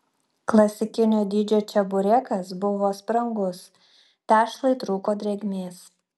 klasikinio dydžio čeburekas buvo sprangus tešlai trūko drėgmės